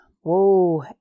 Whoa